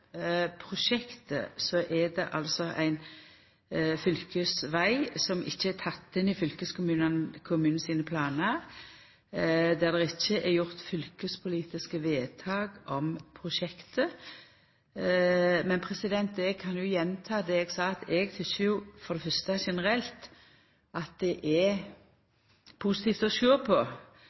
prosjektet er det altså ein fylkesveg som ikkje er teken inn i fylkeskommunen sine planar, der det ikkje er gjort fylkespolitiske vedtak om prosjektet. Men eg kan gjenta det eg sa, at eg tykkjer for det fyrste generelt at det er positivt å sjå på